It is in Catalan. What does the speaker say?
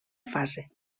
fase